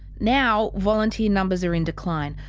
now, volunteer numbers are in decline.